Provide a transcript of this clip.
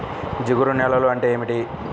జిగురు నేలలు అంటే ఏమిటీ?